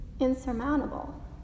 insurmountable